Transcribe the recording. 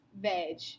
veg